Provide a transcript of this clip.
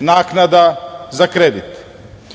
naknada za kredit.